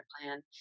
plan